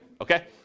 Okay